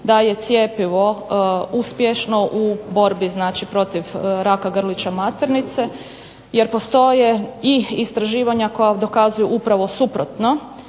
da je cjepivo uspješno u borbi protiv raka grlića maternice, jer postoje i istraživanja koja dokazuju upravo suprotno.